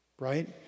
Right